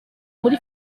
muri